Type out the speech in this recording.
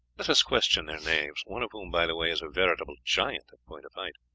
let us question their knaves, one of whom, by the way, is a veritable giant in point of height.